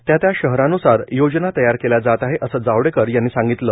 त्या त्या शहरानुसार योजना तयार केल्या जात आहे असं जावडेकर यांनी सांगितलं